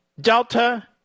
Delta